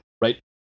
right